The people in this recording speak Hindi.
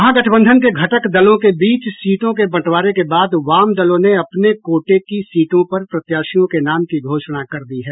महागठबंधन के घटक दलों के बीच सीटों के बंटवारे के बाद वाम दलों ने अपने कोटे की सीटों पर प्रत्याशियों के नाम की घोषणा कर दी है